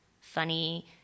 funny